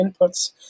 inputs